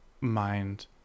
mind